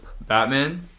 Batman